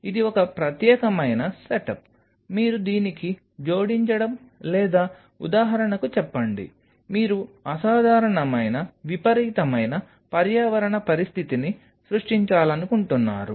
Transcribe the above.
ఇది ఒక ప్రత్యేకమైన సెటప్ మీరు దీనికి జోడించడం లేదా ఉదాహరణకు చెప్పండి మీరు అసాధారణమైన విపరీతమైన పర్యావరణ పరిస్థితిని సృష్టించాలనుకుంటున్నారు